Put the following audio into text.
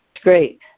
great